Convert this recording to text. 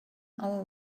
over